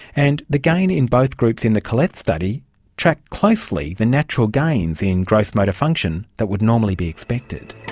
and the gain in both groups in the collet study track closely the natural gains in gross motor function that would normally be expected.